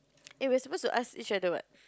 eh we are supposed to ask each other what